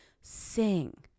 sing